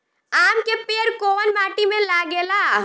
आम के पेड़ कोउन माटी में लागे ला?